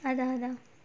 அதான் அதான்:adhaan adhaan